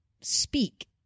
speak